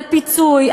על פיצוי,